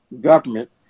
government